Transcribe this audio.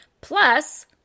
plus